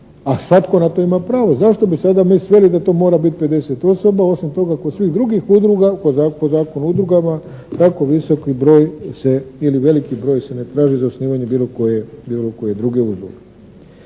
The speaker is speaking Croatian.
A svatko na to ima pravo. Zašto bi sada mi sveli da to mora biti 50 osoba? Osim toga kod svih drugih udruga po Zakonu o udrugama tako visoki broj se, ili veliki broj se ne traži za osnivanje bilo koje druge udruge.